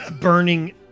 burning